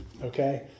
Okay